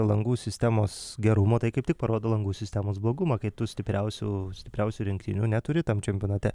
langų sistemos gerumo tai kaip tik parodo langų sistemos blogumą kai tu stipriausių stipriausių rinktinių neturi tam čempionate